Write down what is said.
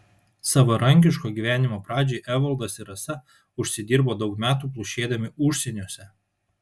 savarankiško gyvenimo pradžiai evaldas ir rasa užsidirbo daug metų plušėdami užsieniuose